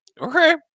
Okay